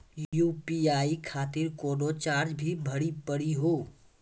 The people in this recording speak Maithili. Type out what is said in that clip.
यु.पी.आई खातिर कोनो चार्ज भी भरी पड़ी हो?